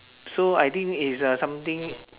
so I think it's uh something